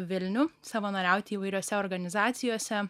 vilnių savanoriaut įvairiose organizacijose